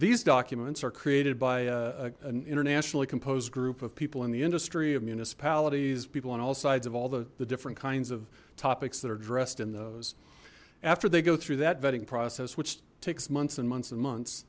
these documents are created by an internationally composed group of people in the industry of municipalities people on all sides of all the different kinds of topics that are dressed in those after they go through that vetting process which takes months and months and months